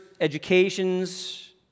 educations